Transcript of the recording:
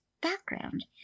background